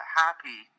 happy